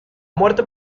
muerte